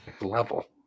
Level